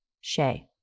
Shay